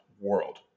world